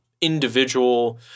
individual